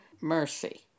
mercy